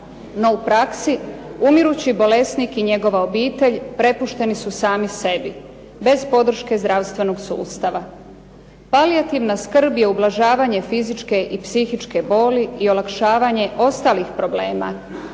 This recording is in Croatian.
no u praksi umirući bolesnik i obitelj prepušteni su sami sebi bez podrške zdravstvenog sustava. Palijativna skrb je ublažavanje fizičke i psihičke boli i olakšavanje ostalih problema